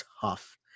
tough